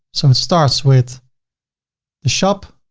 so it starts with the shop,